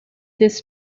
this